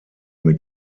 mit